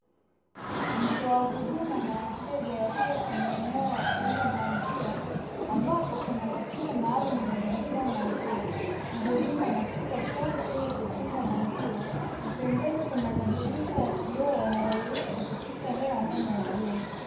Mtoa huduma na wateja wakiwa kwenye eneo la kuuza maziwa, ambapo kuna mashine maalumu inayojitoa maziwa. Muhudumu anashika chombo ili kukinga maziwa na pembeni, kuna madirisha ya kioo yanayoruhusu kupitisha hewa ndani ya mjengo.